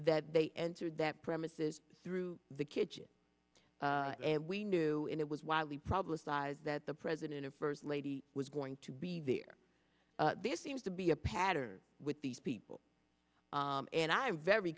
that they entered that premises through the kitchen and we knew and it was widely publicized that the president and first lady was going to be there this seems to be a pattern with these people and i'm very